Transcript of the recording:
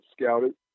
scouted